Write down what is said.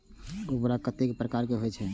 उर्वरक कतेक प्रकार के होई छै?